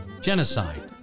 genocide